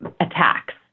attacks